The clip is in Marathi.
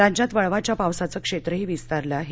राज्यात वळवाच्या पावसाचं क्षेत्रही विस्तारलं आहे